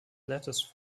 lettuce